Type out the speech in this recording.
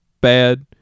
bad